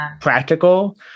practical